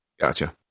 Gotcha